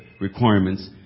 requirements